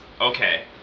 okay